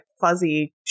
fuzzy